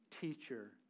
teacher